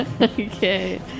okay